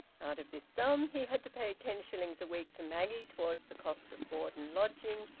out of this sum he had to pay ten shillings a week to maggie towards the cost of board and lodging,